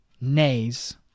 nays